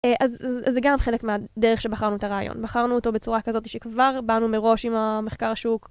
אז זה גם חלק מהדרך שבחרנו את הרעיון, בחרנו אותו בצורה כזאת שכבר באנו מראש עם המחקר השוק.